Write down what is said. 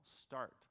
start